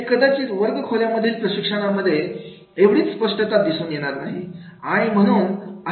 जे कदाचित वर्ग मधल्या प्रशिक्षणामध्ये एवढीच स्पष्टता दिसून येणार नाही